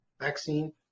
vaccine